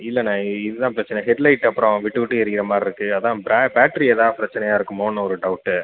இல்லைண்ண இதுதான் பிரச்சனை head light அப்புறம் விட்டு விட்டு எரிகிற மாதிரி இருக்குது அதுதான் பே பேட்ரி ஏதா பிரச்சினையா இருக்குமோனு ஒரு டவுட்டு